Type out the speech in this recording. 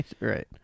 right